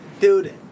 Dude